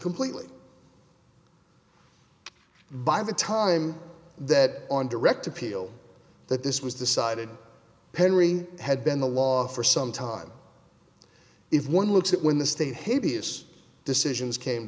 completely by the time that on direct appeal that this was decided perry had been the law for some time if one looks at when the stay hey b s decisions came